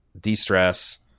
de-stress